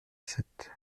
sept